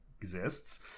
exists